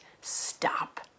stop